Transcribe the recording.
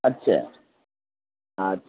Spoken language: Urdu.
اچھا